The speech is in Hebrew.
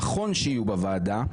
נכון שיהיו בוועדה.